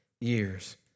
years